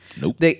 Nope